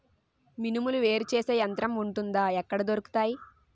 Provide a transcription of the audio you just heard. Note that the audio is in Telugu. మినుములు వేరు చేసే యంత్రం వుంటుందా? ఎక్కడ దొరుకుతాయి?